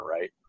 right